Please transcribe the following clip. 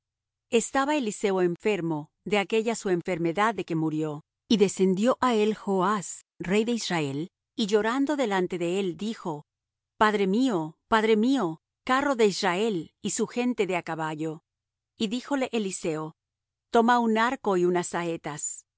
estaba eliseo enfermo de aquella su enfermedad de que murió y descendió á él joas rey de israel y llorando delante de él dijo padre mío padre mío carro de israel y su gente de á caballo y díjole eliseo toma un arco y unas saetas